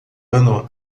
ano